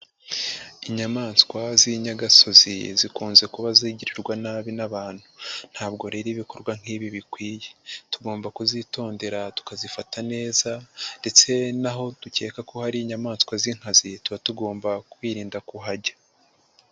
Inyamaswa z'inyagasozi zikunze kuba zigirirwa nabi n'abantu. Ntabwo rero ibikorwa nk'ibi bikwiye. Tugomba kuzitondera tukazifata neza ndetse n'aho dukeka ko hari inyamaswa z'inkazi, tuba tugomba kwirinda kuhajya.